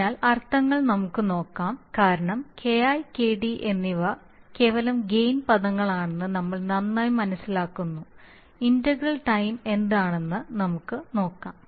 അതിനാൽ അർത്ഥങ്ങൾ നമുക്ക് നോക്കാം കാരണം KI KD എന്നിവ കേവലം ഗെയിൻ പദങ്ങളാണെന്ന് നമ്മൾ നന്നായി മനസ്സിലാക്കുന്നു ഇന്റഗ്രൽ ടൈം എന്താണെന്ന് നമുക്ക് നോക്കാം